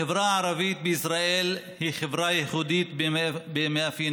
החברה הערבית בישראל היא חברה ייחודית במאפייניה.